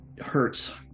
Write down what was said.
hurts